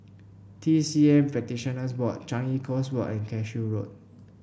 T C M Practitioners Board Changi Coast Walk and Cashew Road